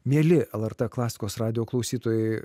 mieli lrt klasikos radijo klausytojai